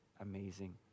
amazing